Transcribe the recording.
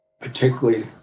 particularly